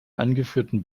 angeführten